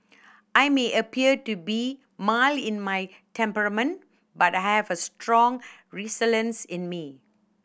I may appear to be mild in my temperament but I have a strong resilience in me